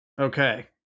Okay